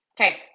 Okay